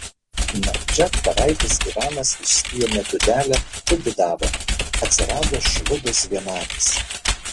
nakčia caraitis ivanas išsiėmė dūdelę sudūdavo atsirado šlubis vienakis